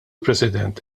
president